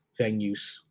venues